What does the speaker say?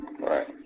Right